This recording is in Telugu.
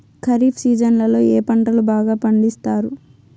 ఖరీఫ్ సీజన్లలో ఏ పంటలు బాగా పండిస్తారు